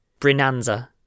Brinanza